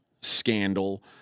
scandal